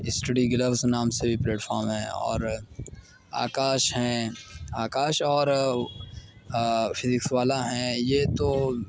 study گلبس نام سے بھی پلیٹ فارمس ہے اور آکاش ہیں آکاش اور سریش والا ہیں یہ تو